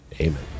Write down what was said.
Amen